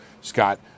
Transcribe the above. Scott